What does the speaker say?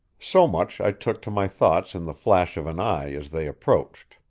so much i took to my thoughts in the flash of an eye as they approached.